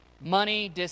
money